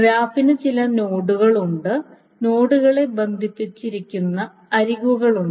ഗ്രാഫിന് ചില നോഡുകളുണ്ട് നോഡുകളെ ബന്ധിപ്പിക്കുന്ന അരികുകളുണ്ട്